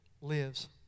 lives